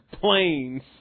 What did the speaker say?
Planes